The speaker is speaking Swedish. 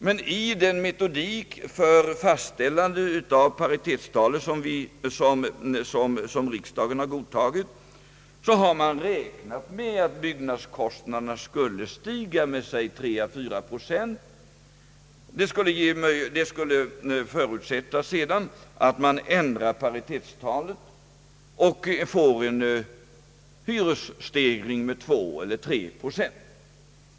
Men i den metodik för faststäl lande av paritetstalet som riksdagen har godtagit har man räknat med att byggnadskostnaderna skulle stiga med 3 å 4 procent. Det skulle sedan förutsätta att man ändrar paritetstalet och får en hyresstegring med 2 eller 3 procent.